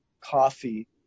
coffee